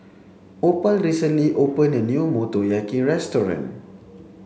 Opal recently opened a new Motoyaki restaurant